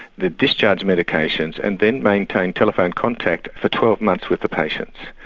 the discharge medications and then maintain telephone contact for twelve months with the patients.